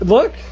Look